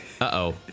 uh-oh